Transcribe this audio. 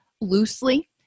loosely